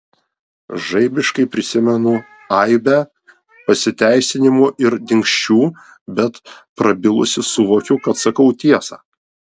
žaibiškai prisimenu aibę pasiteisinimų ir dingsčių bet prabilusi suvokiu kad sakau tiesą